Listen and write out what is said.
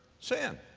sin.